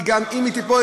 וגם אם היא תיפול,